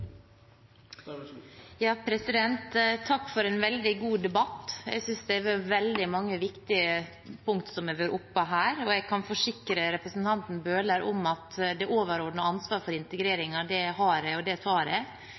Takk for en veldig god debatt. Jeg synes det er veldig mange viktige punkt som har vært oppe her. Jeg kan forsikre representanten Bøhler om at det overordnede ansvaret for integreringen har jeg, og det tar jeg,